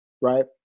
right